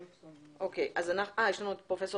פרופ'